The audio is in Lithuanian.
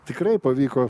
tikrai pavyko